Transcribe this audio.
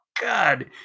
God